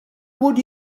would